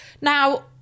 Now